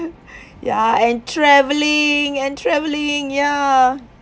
ya and travelling and travelling ya